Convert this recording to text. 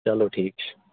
چلو ٹھیٖک چھُ